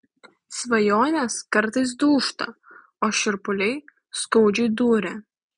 svajonės kartais dūžta o šipuliai skaudžiai duria